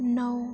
नौ